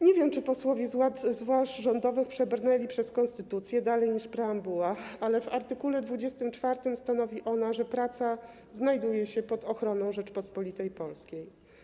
Nie wiem, czy posłowie z ław rządowych przebrnęli przez konstytucję dalej niż preambuła, ale w art. 24 stanowi ona, że praca znajduje się pod ochroną Rzeczypospolitej Polskiej.